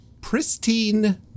pristine